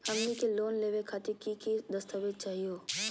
हमनी के लोन लेवे खातीर की की दस्तावेज चाहीयो?